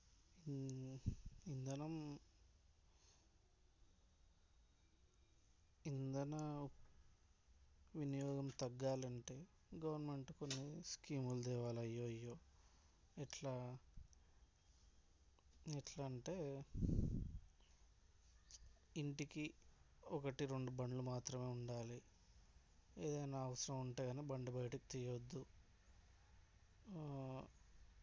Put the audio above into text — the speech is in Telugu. ఇంధనం ఇంధన వినియోగం తగ్గాలి అంటే గవర్నమెంట్ కొన్ని స్కీములు తేవాలి అయ్యో అయ్యో ఎట్లా ఎట్లా అంటే ఇంటికి ఒకటి రెండు బండ్లు మాత్రమే ఉండాలి ఏదైనా అవసరం ఉంటే గానీ బండి బయటకి తీయొద్దు